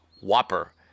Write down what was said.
whopper